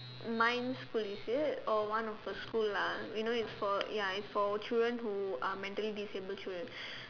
minds school is it or one of the school lah we know it's for ya it's for children who are mentally disabled children